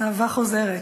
אהבה חוזרת.